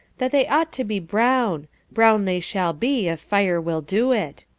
that they ought to be brown brown they shall be, if fire will do it.